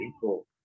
people